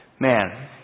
man